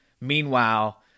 Meanwhile